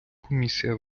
комісія